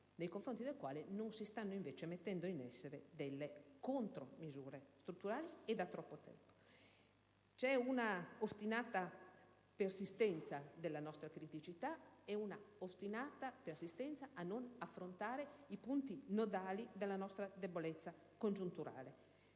nei confronti del quale non si stanno mettendo in essere delle contromisure strutturali e non lo si sta facendo da troppo tempo. C'è una ostinata persistenza della nostra criticità e una ostinata persistenza a non affrontare i punti nodali della nostra debolezza congiunturale.